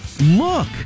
look